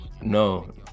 no